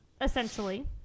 Essentially